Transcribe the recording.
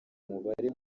umubare